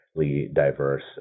diverse